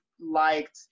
liked